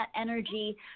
energy